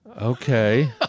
Okay